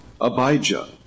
Abijah